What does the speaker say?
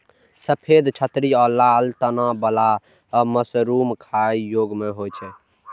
सफेद छतरी आ लाल तना बला मशरूम खाइ योग्य नै होइ छै